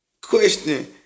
question